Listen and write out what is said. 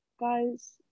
Guys